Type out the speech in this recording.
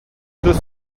deux